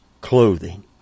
clothing